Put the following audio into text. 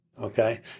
Okay